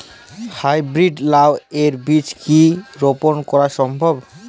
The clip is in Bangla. হাই ব্রীড লাও এর বীজ কি রোপন করা সম্ভব?